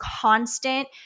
constant